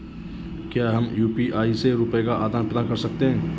क्या हम यू.पी.आई से रुपये का आदान प्रदान कर सकते हैं?